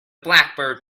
blackbird